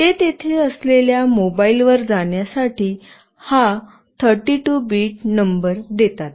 ते तेथे असलेल्या मोबाइलवर जाण्यासाठी हा 32 बिट नंबर देतात